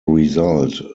result